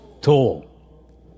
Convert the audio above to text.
tall